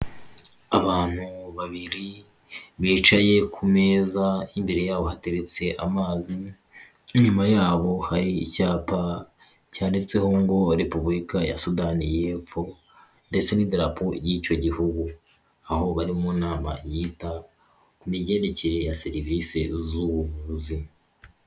Abantu babiri bicaye ku meza y'imbere yabo hateretse amazi n'inyuma yabo hari icyapa cyanditseho ngo Repubulika ya Sudani y'epfo ndetse n'idarapo y'icyo Gihugu, aho bari mu nama yita ku migendekere ya serivisi z'ubuvuzi.